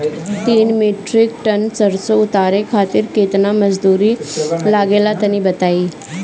तीन metric ton सरसो उतारे खातिर केतना मजदूरी लगे ला तनि बताई?